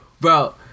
Bro